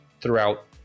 throughout